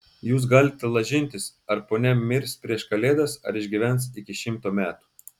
jūs galite lažintis ar ponia mirs prieš kalėdas ar išgyvens iki šimto metų